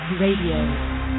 RADIO